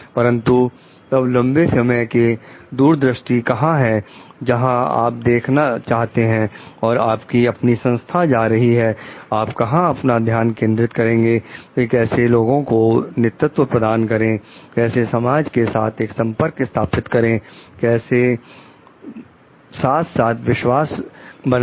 परंतु तब लंबे समय की दूरदृष्टि कहां है जहां आप देखना चाहते हैं और आपकी अपनी संस्था जा रही है आप कहां अपना ध्यान केंद्रित करेंगे की कैसे लोगों को नेतृत्व प्रदान करें कैसे समाज के साथ एक संपर्क स्थापित करें कैसे साथ साथ विश्वास को बनाएं